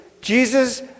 Jesus